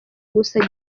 gusa